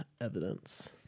evidence